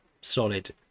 solid